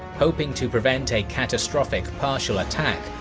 hoping to prevent a catastrophic partial attack,